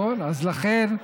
אז לכן,